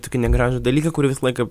tokį negražų dalyką kur visą laiką